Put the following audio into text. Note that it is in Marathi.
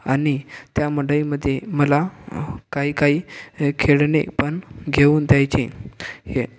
आणि त्या मंडईमध्ये मला काही काही खेळणे पण घेऊन द्यायचे